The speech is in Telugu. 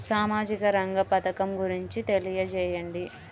సామాజిక రంగ పథకం గురించి తెలియచేయండి?